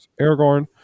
Aragorn